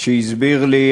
שהסביר לי,